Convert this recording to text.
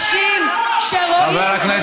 להתפוצץ בקרב אזרחים תמימים שבאו לשתות קפה בבית קפה.